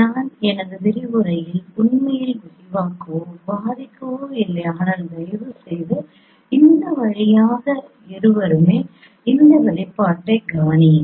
நான் எனது விரிவுரைகளில் உண்மையில் விரிவாக்கவோ விவாதிக்கவோ இல்லை ஆனால் தயவுசெய்து இந்த வழியாக இருவருமே இந்த வெளிப்பாட்டைக் கவனியுங்கள்